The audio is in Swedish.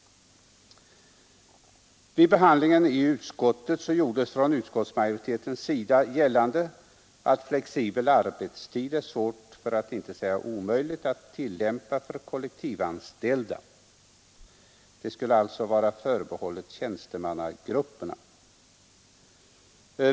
Vid behandlingen i utskottet gjordes från utskottsmajoritetens sida gällande att det är svårt, för att inte säga omöjligt, att tillämpa flexibel arbetstid för kollektivanställda. Det skulle alltså vara förbehållet tjänstemannagrupperna.